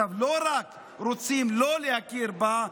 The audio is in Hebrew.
לא רק רוצים לא להכיר בה,